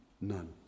None